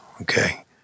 okay